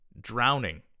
drowning